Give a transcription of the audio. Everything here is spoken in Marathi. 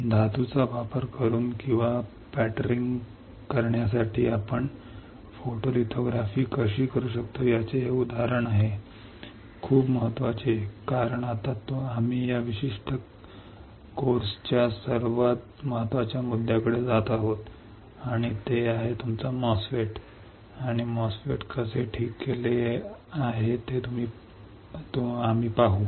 धातूचा वापर करून किंवा पॅटरिंग करण्यासाठी आपण फोटोलिथोग्राफी कशी करू शकतो याचे हे उदाहरण आहे खूप महत्वाचे कारण आता आम्ही या विशिष्ट कोर्सच्या सर्वात महत्वाच्या मुद्द्याकडे जात आणि ते आहे तुमचा MOSFET आणि MOSFET कसे तयार केले आहे ते आम्ही पाहू